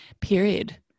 period